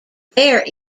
there